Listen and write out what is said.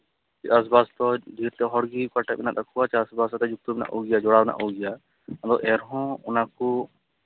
ᱪᱟᱥᱼᱵᱟᱥ ᱫᱚ ᱡᱚᱛᱚ ᱦᱚᱲᱜᱮ ᱚᱠᱚᱭ ᱴᱷᱮᱡ ᱢᱮᱱᱟᱜ ᱛᱟᱠᱚᱣᱟ ᱪᱟᱥᱼᱵᱟᱥ ᱨᱮ ᱡᱩᱠᱛᱚ ᱢᱮᱱᱟᱜ ᱠᱚᱜᱮᱭᱟ ᱡᱚᱲᱟᱣ ᱢᱮᱱᱟᱜ ᱠᱚᱜᱮᱭᱟ ᱟᱫᱚ ᱮᱱᱦᱚᱸ ᱚᱱᱟᱠᱚ